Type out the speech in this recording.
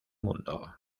mundo